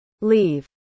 leave